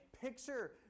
picture